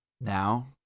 Now